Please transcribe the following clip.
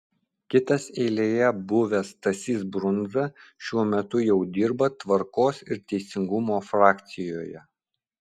kitas eilėje buvęs stasys brundza šiuo metu jau dirba tvarkos ir teisingumo frakcijoje